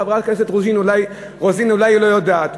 חברת הכנסת רוזין אולי לא יודעת.